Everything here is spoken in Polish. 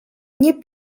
nie